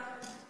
הנדסה?